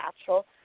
natural